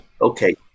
Okay